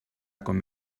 com